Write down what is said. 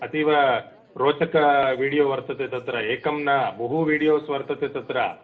अतीव रोचकं वीडियो वर्तते तत्र एकं न बहु विडियोस् वर्तन्ते तत्र